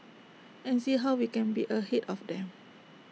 and see how we can be ahead of them